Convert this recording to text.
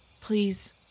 Please